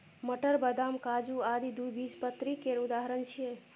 मटर, बदाम, काजू आदि द्विबीजपत्री केर उदाहरण छियै